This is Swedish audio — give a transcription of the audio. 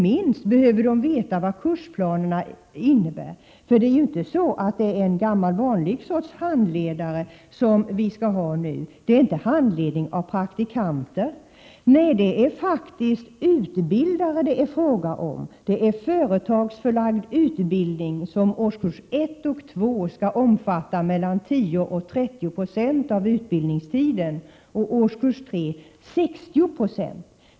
De behöver inte minst veta vad kursplanerna innebär. Det är inte den gamla vanliga sortens handledare vi skall ha nu. Det handlar inte om handledning av praktikanter. Det är faktiskt fråga om utbildare. Mellan 10 96 och 30 96 av utbildningstiden i årskurs 1 och 2 skall bestå av företagsförlagd utbildning. I årskurs 3 skall den företagsförlagda utbildningen omfatta 60 90 av utbildningstiden.